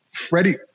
Freddie